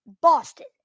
boston